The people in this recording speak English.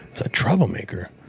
the troublemaker?